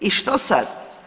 I što sad?